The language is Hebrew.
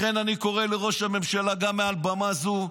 לכן אני קורא לראש הממשלה גם מעל במה זאת.